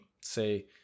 say